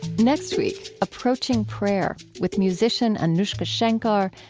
next week, approaching prayer with musician anoushka shankar,